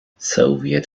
soviet